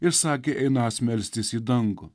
ir sakė einąs melstis į dangų